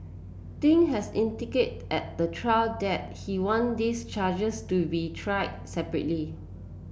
Ding has indicate at the trial that he want this charges to be tried separately